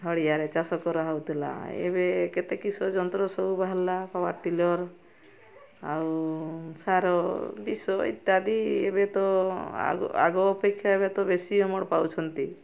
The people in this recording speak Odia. ହଳିଆରେ ଚାଷ କରାହେଉଥିଲା ଏବେ କେତେ କିସ ଯନ୍ତ୍ର ସବୁ ବାହାରିଲା ପାୱାର୍ ଟିଲର୍ ଆଉ ସାର ବିଷ ଇତ୍ୟାଦି ଏବେ ତ ଆଗ ଆଗ ଅପେକ୍ଷା ଏବେ ତ ବେଶୀ ଅମଳ ପାଉଛନ୍ତି